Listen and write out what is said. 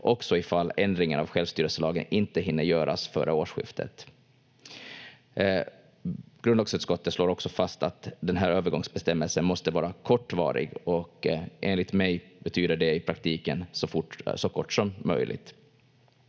också ifall ändringen av självstyrelselagen inte hinner göras före årsskiftet. Grundlagsutskottet slår också fast att den här övergångsbestämmelsen måste vara kortvarig, och enligt mig betyder det i praktiken så kort som möjligt.